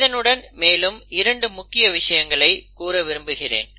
இதனுடன் மேலும் 2 முக்கிய விஷயங்களை கூற விரும்புகிறேன்